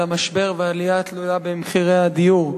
המשבר ועל העלייה התלולה במחירי הדיור.